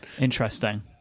Interesting